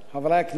חברי הכנסת,